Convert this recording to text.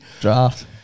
Draft